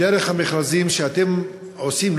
דרך המכרזים שאתם עושים,